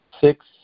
six